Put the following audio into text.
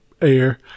air